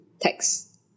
text